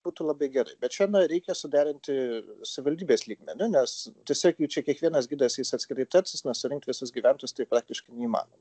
būtų labai gerai bet čionai reikia suderinti savivaldybės lygmeniu nes tiesiog jei čia kiekvienas gidas eis atskirai tartis na surinkti visus gyventojus tai praktiškai neįmanoma